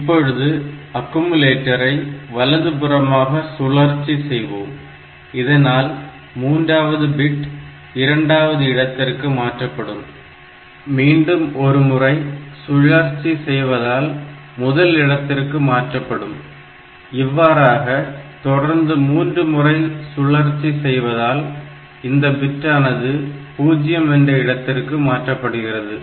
இப்பொழுது அக்குயுமுலேட்டரை வலது புறமாக சுழற்சி செய்வோம் இதனால் மூன்றாவது பிட் இரண்டாவது இடத்திற்கு மாற்றப்படும் மீண்டும் ஒரு முறை சுழற்சி செய்வதால் முதல் இடத்திற்கு மாற்றப்படும் இவ்வறாக தொடர்ந்து மூன்று முறை சுழற்சி செய்வதால் அந்த பிட்டானது 0 என்ற இடத்திற்கு மாற்றப்படுகிறது